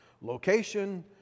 Location